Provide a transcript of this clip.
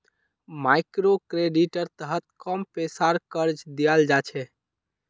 मइक्रोक्रेडिटेर तहत कम पैसार कर्ज दियाल जा छे